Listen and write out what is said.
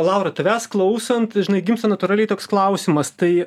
laura tavęs klausant žinai gimsta natūraliai toks klausimas tai